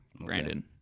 Brandon